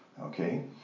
okay